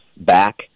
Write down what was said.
back